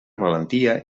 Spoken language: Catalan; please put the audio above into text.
valentia